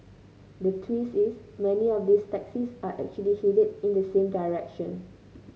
the twist is many of these taxis are actually headed in the same direction